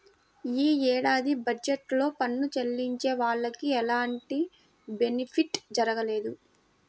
యీ ఏడాది బడ్జెట్ లో పన్ను చెల్లించే వాళ్లకి ఎలాంటి బెనిఫిట్ జరగలేదు